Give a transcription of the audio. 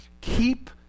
keep